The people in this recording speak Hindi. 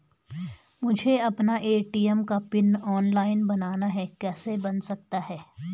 मुझे अपना ए.टी.एम का पिन ऑनलाइन बनाना है कैसे बन सकता है?